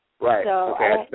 Right